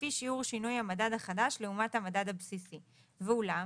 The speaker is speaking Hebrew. לפי שיעור שינוי המדד החדש לעומת המדד הבסיסי; ואולם,